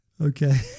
Okay